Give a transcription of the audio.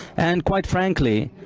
and, quite frankly,